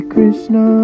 Krishna